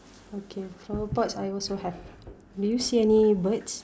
okay flower pots I also have do you see any birds